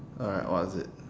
alright what is it